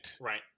Right